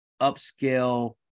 upscale